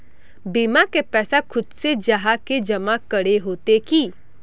बीमा के पैसा खुद से जाहा के जमा करे होते की?